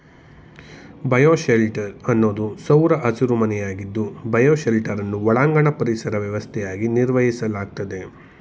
bioshelter ಅನ್ನೋದು ಸೌರ ಹಸಿರುಮನೆಯಾಗಿದ್ದು ಬಯೋಶೆಲ್ಟರನ್ನು ಒಳಾಂಗಣ ಪರಿಸರ ವ್ಯವಸ್ಥೆಯಾಗಿ ನಿರ್ವಹಿಸಲಾಗ್ತದೆ